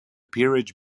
peerage